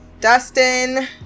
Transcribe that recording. dustin